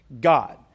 God